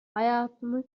hayatını